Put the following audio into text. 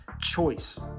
Choice